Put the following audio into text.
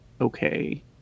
okay